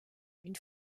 une